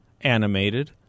animated